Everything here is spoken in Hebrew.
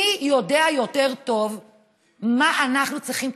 מי יודע יותר טוב מה אנחנו צריכים,